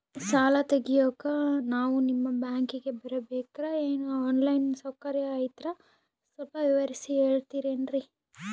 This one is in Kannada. ಸಾಲ ತೆಗಿಯೋಕಾ ನಾವು ನಿಮ್ಮ ಬ್ಯಾಂಕಿಗೆ ಬರಬೇಕ್ರ ಏನು ಆನ್ ಲೈನ್ ಸೌಕರ್ಯ ಐತ್ರ ಸ್ವಲ್ಪ ವಿವರಿಸಿ ಹೇಳ್ತಿರೆನ್ರಿ?